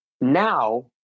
Now